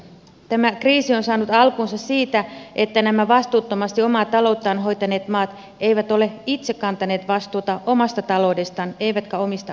tämä kriisi on saanut alkunsa siitä että nämä vastuuttomasti omaa talouttaan hoitaneet maat eivät ole itse kantaneet vastuuta omasta taloudestaan eivätkä omista kansalaisistaan